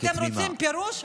אתם רוצים פירוש?